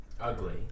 Ugly